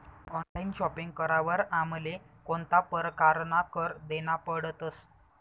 Online shopping करावर आमले कोणता परकारना कर देना पडतस?